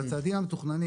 הצעדים המתוכננים,